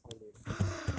!wah! 你超 lame eh